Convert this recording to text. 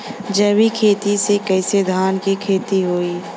जैविक खेती से कईसे धान क खेती होई?